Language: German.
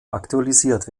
aktualisiert